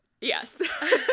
Yes